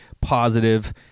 positive